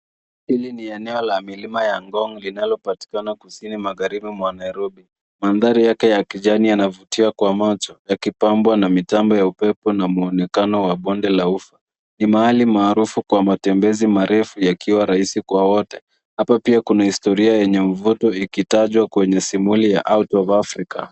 Hili no eneo la milima ya Ngong linalopatikana kusini magaribi mwa Nairobi. Mandhari yake yanavutia kwa macho, yakipambwa na mitambo ya upepo na muenekano wa bonde la ufa. Ni mahali maarufu kwa matembezi marefu yakiwa rahisi kwa wote. Hapa pia kuna historia yenye mvuto ikitajwa kwenye simoli ya Out of Africa.